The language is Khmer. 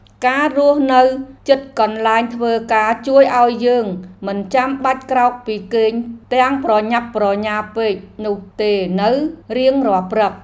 ការរស់នៅជិតកន្លែងធ្វើការជួយឱ្យយើងមិនចាំបាច់ក្រោកពីគេងទាំងប្រញាប់ប្រញាល់ពេកនោះទេនៅរៀងរាល់ព្រឹក។